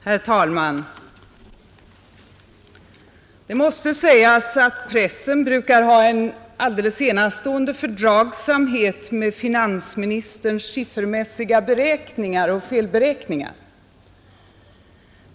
Herr talman! Det måste sägas att pressen brukar ha en alldeles enastående fördragsamhet med finansministerns siffermässiga beräkningar och felberäkningar.